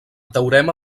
teorema